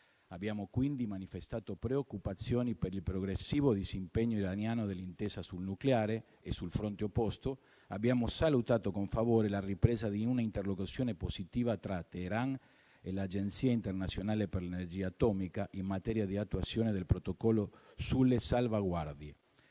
Abbiamo quindi manifestato preoccupazioni per il progressivo disimpegno iraniano dall'Intesa sul nucleare e, sul fronte opposto, abbiamo salutato con favore la ripresa di una interlocuzione positiva tra Teheran e l'Agenzia internazionale per l'energia atomica, in materia di attuazione del Protocollo sulle salvaguardie.